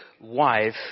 wife